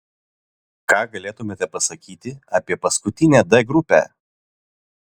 ką galėtumėte pasakyti apie paskutinę d grupę